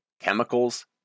chemicals